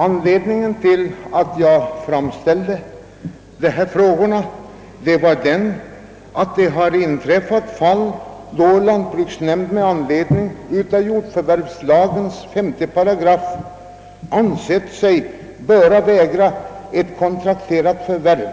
Anledningen till att jag framställt dessa frågor är att det har inträffat fall, då lantbruksnämnd med stöd av jordförvärvslagens 5 § ansett sig böra vägra att godkänna ett kontrakterat förvärv